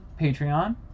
Patreon